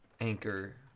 Anchor